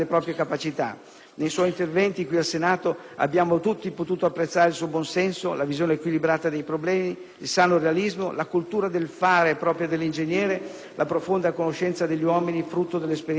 Nei suoi interventi qui al Senato abbiamo tutti potuto apprezzare il suo buon senso, la visione equilibrata dei problemi, il sano realismo, la cultura del "fare" propria dell'ingegnere, la profonda conoscenza degli uomini, frutto dell'esperienza manageriale.